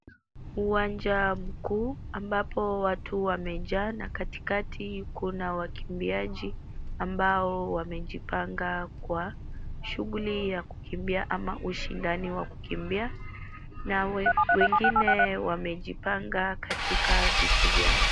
Uwanja mkuu ambapo watu wamejaa na katikati kuna wakimbiaji, ambao wamejipanga kwa shughuli ya kukimbia ama ushindani wa kukimbia na wengine wamejipanga katika viti vyao.